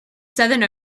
southern